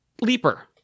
leaper